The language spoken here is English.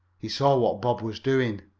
he saw what bob was doing.